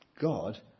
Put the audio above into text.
God